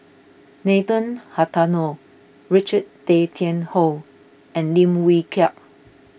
Nathan Richard Tay Tian Hoe and Lim Wee Kiak